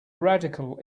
radical